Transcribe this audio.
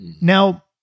Now